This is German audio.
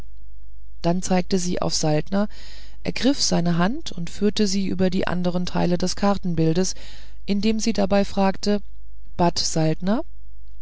dann zeigte sie auf saltner ergriff seine hand und führte sie über die andern teile des kartenbildes indem sie dabei fragte